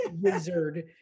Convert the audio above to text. wizard